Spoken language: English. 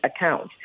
account